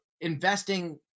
investing